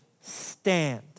stand